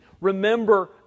remember